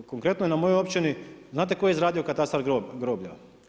Konkretno na mojoj općini znate tko je izradio katastar groblja?